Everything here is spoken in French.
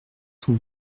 son